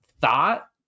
thought